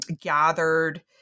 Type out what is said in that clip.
gathered